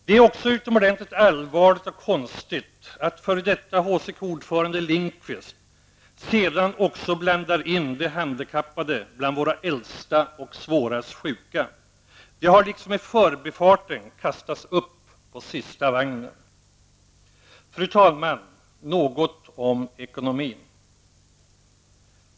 Det är också utomrodentligt allvarligt och konstigt att f.d. HCK-ordförande Lindqvist sedan också blandar in de handikappade bland våra äldsta och svårast sjuka. De har liksom i förbifarten kastats upp på sista vagnen. Fru talman! Jag skall säga något om ekonomin.